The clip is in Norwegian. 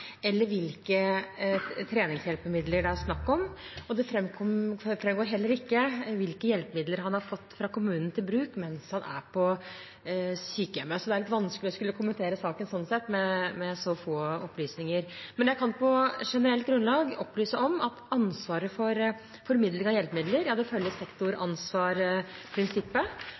eller hvilke treningshjelpemidler det er snakk om. Det framgår heller ikke hvilke hjelpemidler han har fått fra kommunen til bruk mens han er på sykehjemmet. Det er sånn sett litt vanskelig å skulle kommentere saken med så få opplysninger. Jeg kan på generelt grunnlag opplyse om at ansvaret for formidling av hjelpemidler